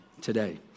today